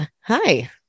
Hi